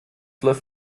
läuft